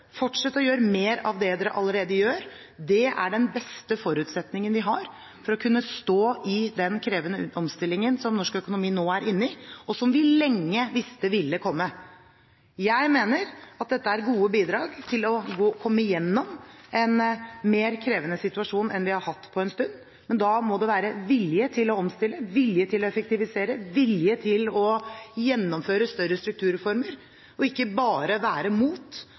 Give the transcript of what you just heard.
å gjøre mer av det dere allerede gjør, det er den beste forutsetningen vi har for å kunne stå i den krevende omstillingen som norsk økonomi nå er inne i, og som vi lenge visste ville komme. Jeg mener at dette er gode bidrag til å komme gjennom en mer krevende situasjon enn vi har hatt på en stund, men da må det være vilje til å omstille, vilje til å effektivisere og vilje til å gjennomføre større strukturreformer – ikke bare være